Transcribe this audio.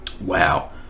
wow